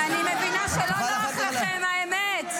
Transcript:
אני מבינה שלא נוחה לכם האמת.